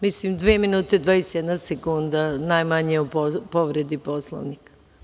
Mislim, dve minute i 21 sekunda, najmanje o povredi Poslovnika.